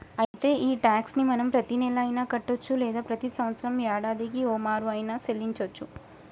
అయితే ఈ టాక్స్ ని మనం ప్రతీనెల అయిన కట్టొచ్చు లేదా ప్రతి సంవత్సరం యాడాదికి ఓమారు ఆయిన సెల్లించోచ్చు